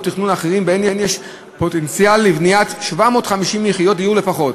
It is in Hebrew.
תכנון אחרים ויש בהן פוטנציאל לבניית 750 יחידות דיור לפחות,